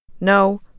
No